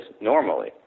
normally